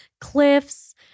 cliffs